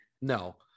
No